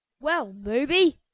well, booby,